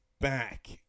back